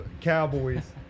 Cowboys